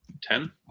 Ten